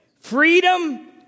Freedom